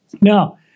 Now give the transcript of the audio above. Now